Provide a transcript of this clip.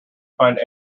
find